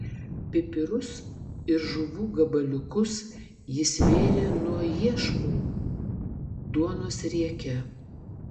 pipirus ir žuvų gabaliukus jis vėrė nuo iešmų duonos rieke